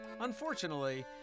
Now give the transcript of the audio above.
Unfortunately